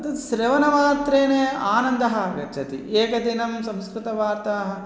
त् श्रवणमात्रेण आनन्दः आगच्छति एकदिनं संस्कृतवार्ताः